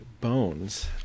bones